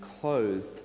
clothed